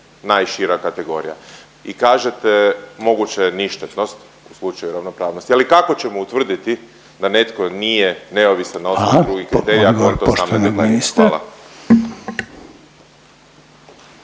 najšira kategorija i kažete moguća je ništetnost u slučaju ravnopravnosti, ali kako ćemo utvrditi da netko nije neovisan na osnovu drugih kriterija …/Govornici govore